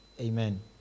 Amen